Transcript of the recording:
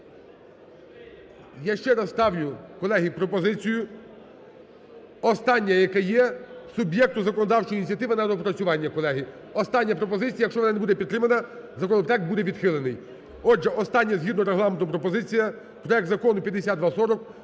Я ще раз ставлю, колеги, пропозицію, останнє, яке є, суб'єкту законодавчої ініціативи на доопрацювання, колеги. Остання пропозиція, якщо вона не буде підтримана, законопроект буде відхилений. Отже, остання, згідно Регламенту, пропозиція проект Закону 5240